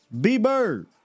B-Bird